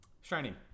Shiny